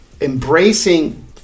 embracing